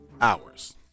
hours